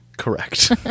correct